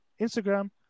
Instagram